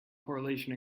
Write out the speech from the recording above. correlation